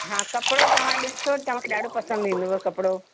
हा कपिड़ो तव्हां ॾिसो तव्हांखे ॾाढो पसंदि ईंदव कपिड़ो